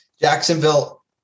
Jacksonville